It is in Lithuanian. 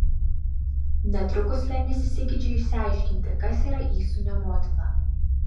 netrukus lenis įsigeidžia išsiaiškinti kas yra įsūnio motina